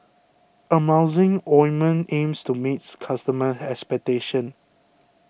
Emulsying Ointment aims to meet its customers' expectations